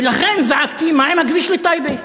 ולכן זעקתי: מה עם הכביש לטייבה?